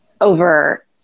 over